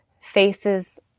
faces